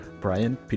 Brian